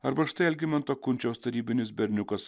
arba štai algimanto kunčiaus tarybinis berniukas